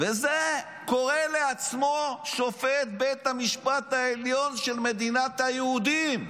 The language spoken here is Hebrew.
וזה קורא לעצמו שופט בית המשפט העליון של מדינת היהודים.